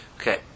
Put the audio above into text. okay